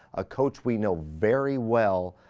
a coach we know very well,